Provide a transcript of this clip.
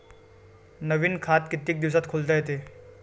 नवीन खात कितीक दिसात खोलता येते?